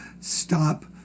stop